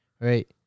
right